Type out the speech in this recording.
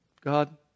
God